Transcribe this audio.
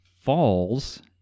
falls